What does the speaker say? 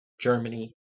Germany